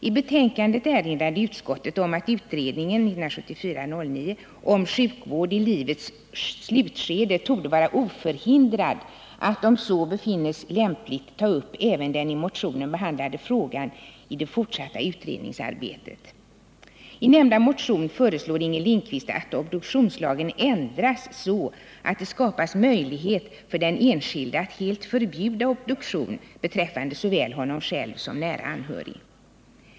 I betänkandet erinrade utskottet om att utredningen om sjukvård i livets slutskede torde vara oförhindrad att om så befinnes lämpligt ta upp även den i motionen behandlade frågan i det fortsatta utredningsarbetet. I nämnda motion föreslår Inger Lindquist att obduktionslagen ändras så, att det skapas möjlighet för den enskilde att helt förbjuda obduktion beträffande såväl honom själv som nära anhöriga.